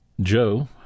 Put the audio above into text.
Joe